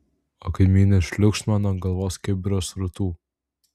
o kaimynė šliūkšt man ant galvos kibirą srutų